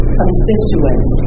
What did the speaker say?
constituents